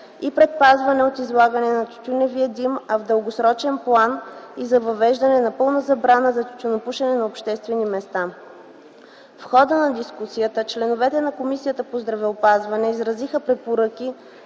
и предпазване от излагане на тютюнев дим, а в дългосрочен план – и за въвеждане на пълна забрана за тютюнопушене на обществени места. В хода на дискусията членовете на Комисията по здравеопазването изразиха препоръки